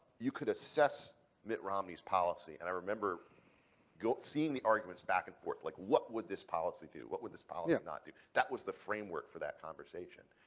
you could assess mitt romney's policy, and i remember seeing the arguments back and forth. like, what would this policy do? what would this policy yeah not do? that was the framework for that conversation.